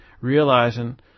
realizing